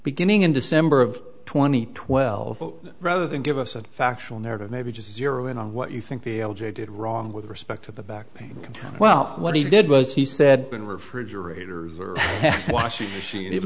beginning in december of twenty twelve rather than give us a factual narrative maybe just zero in on what you think they did wrong with respect to the back pain well what he did was he said been refrigerators or washing machine